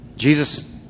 Jesus